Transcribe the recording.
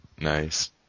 Nice